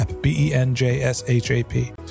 B-E-N-J-S-H-A-P